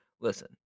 listen